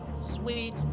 Sweet